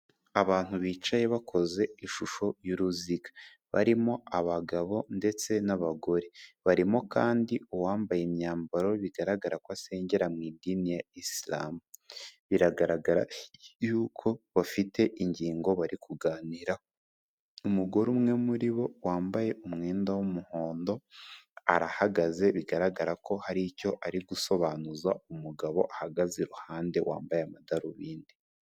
Abantu bicaye bakoze ishusho y'uruziga, barimo abagabo ndetse n'abagore, barimo kandi uwambaye imyambaro bigaragara ko asengera mu idini ya Isilamu. Biragaragara yuko bafite ingingo bari kuganiraho. Umugore umwe muri bo wambaye umwenda w'umuhondo, arahagaze, bigaragara ko hari icyo ari gusobanuza umugabo ahagaze iruhande wambaye amadarubindi.